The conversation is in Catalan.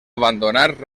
abandonar